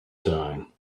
time